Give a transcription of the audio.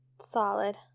Solid